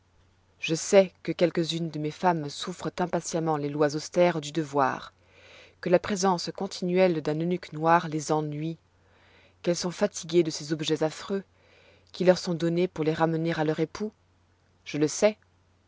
je sais que quelques-unes de mes femmes souffrent impatiemment les lois austères du devoir que la présence continuelle d'un eunuque noir les ennuie qu'elles sont fatiguées de ces objets affreux qui leur sont donnés pour les ramener à leur époux je le sais